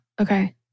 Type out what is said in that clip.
Okay